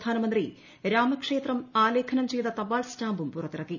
പ്രധാനമന്ത്രി രാമക്ഷേത്രം ആലേഖനം ചെയ്ത തപാൽ സ്റ്റാമ്പും പുറത്തിറക്കി